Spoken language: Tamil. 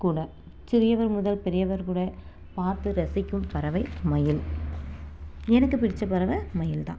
கூட சிறியவர் முதல் பெரியவர் கூட பார்த்து ரசிக்கும் பறவை மயில் எனக்கு பிடித்த பறவை மயில் தான்